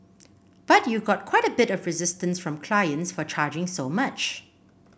but you got quite a bit of resistance from clients for charging so much